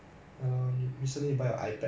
一个月的薪水 gone